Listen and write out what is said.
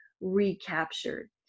recaptured